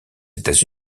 états